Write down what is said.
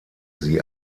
sie